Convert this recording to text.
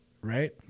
right